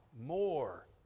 more